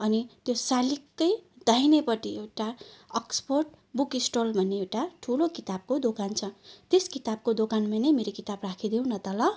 अनि त्यो सालिककै दाहिने वलपट्टि एउटा अक्सफोर्ड बुक स्टल भन्ने एउटा ठुलो किताबको दोकान छ त्यो किताबको दोकानमा नै मेरो किताब राखिदेउन त ल